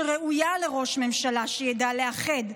שראויה לראש ממשלה שידע לאחד,